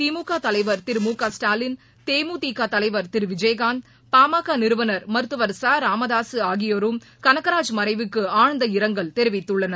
திமுக தலைவர் திரு மு க ஸ்டாலின் தேமுதிக தலைவர் திரு விஜயகாந்த் பாமக நிறுவனர் மருத்துவர் ச ராமதாக ஆகியோரும் கனகராஜ் மறைவுக்கு ஆழ்ந்த இரங்கல் தெரிவித்துள்ளனர்